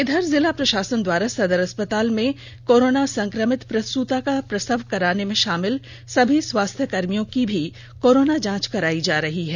इधर जिला प्रशासन द्वारा सदर अस्पताल में कोरोना संक्रमित प्रसूता का प्रसव कराने में शामिल सभी स्वास्थ्यकर्मियों की भी कोरना जांच कराई जा रही है